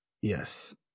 Yes